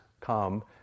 come